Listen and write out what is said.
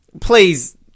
please